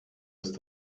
ist